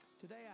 Today